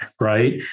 right